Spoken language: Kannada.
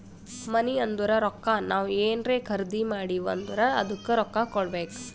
ಮನಿ ಅಂದುರ್ ರೊಕ್ಕಾ ನಾವ್ ಏನ್ರೇ ಖರ್ದಿ ಮಾಡಿವ್ ಅಂದುರ್ ಅದ್ದುಕ ರೊಕ್ಕಾ ಕೊಡ್ಬೇಕ್